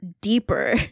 deeper